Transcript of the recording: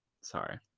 Sorry